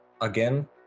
again